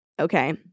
Okay